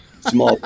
Small